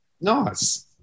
Nice